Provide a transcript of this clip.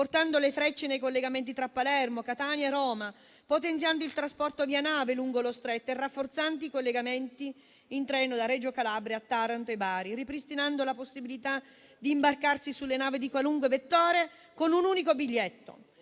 portando le frecce nei collegamenti tra Palermo, Catania e Roma, potenziando il trasporto via nave lungo lo Stretto, rafforzando i collegamenti in treno da Reggio Calabria a Taranto e Bari e ripristinando la possibilità di imbarcarsi sulle navi di qualunque vettore con un unico biglietto.